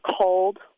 cold